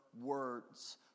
words